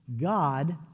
God